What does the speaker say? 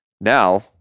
now